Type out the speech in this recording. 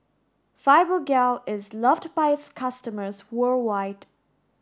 Fibogel is loved by its customers worldwide